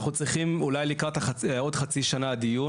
אנחנו צריכים אולי לקראת עוד חצי שנה לדיון